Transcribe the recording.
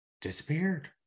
disappeared